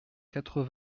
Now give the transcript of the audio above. quatre